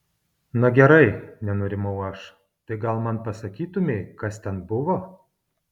na gerai nenurimau aš tai gal man pasakytumei kas ten buvo